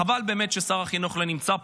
חבל באמת ששר החינוך לא נמצא פה,